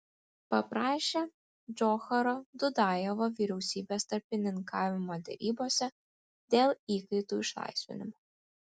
paprašė džocharo dudajevo vyriausybės tarpininkavimo derybose dėl įkaitų išlaisvinimo